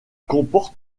comporte